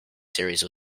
series